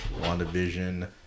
WandaVision